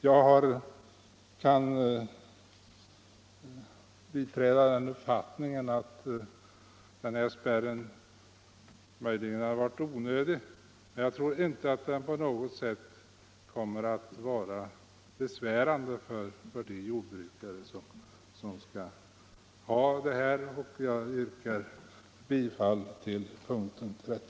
Jag kan dela uppfattningen att spärren möjligen är onödig, men jag tror inte att den på något sätt kommer att vara besvärande för de jordbrukare som skall ha bidraget.